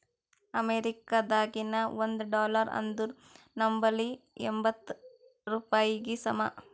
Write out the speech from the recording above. ಅಮೇರಿಕಾದಾಗಿನ ಒಂದ್ ಡಾಲರ್ ಅಂದುರ್ ನಂಬಲ್ಲಿ ಎಂಬತ್ತ್ ರೂಪಾಯಿಗಿ ಸಮ